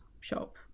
shop